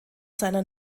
seiner